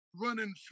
running